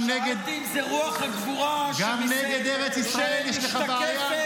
גם נגד ארץ ישראל יש לך בעיה?